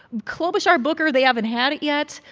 klobuchar, booker, they haven't had it yet,